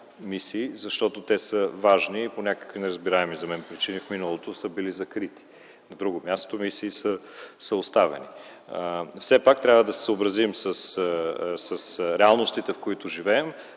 мисии, защото по някакви важни, макар и неразбираеми за мен причини, в миналото са били закрити. На друго място пък са били оставени. Все пак трябва да се съобразим с реалностите, в които живеем.